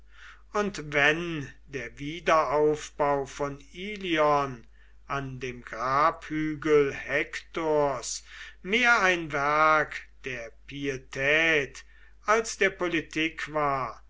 und wenn der wiederaufbau von ilion an dem grabhügel hektors mehr ein werk der pietät als der politik war